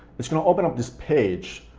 it's gonna open up this page,